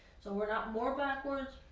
so we're not more backwards,